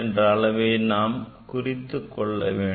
இந்த அளவை நாம் குறித்துக்கொள்ள வேண்டும்